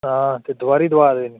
हां ते दोआरी दोआऽ देनी